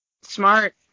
Smart